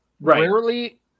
Rarely